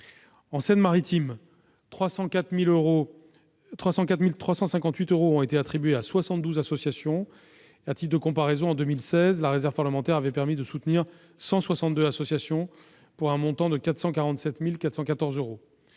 En Seine-Maritime, 304 358 euros ont été attribués à 72 associations. À titre de comparaison, en 2016, la réserve parlementaire avait permis de soutenir 162 associations pour un montant de 447 414 euros.